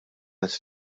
qed